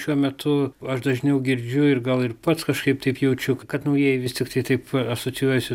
šiuo metu aš dažniau girdžiu ir gal ir pats kažkaip taip jaučiu kad naujieji vis tiktai taip asocijuojasi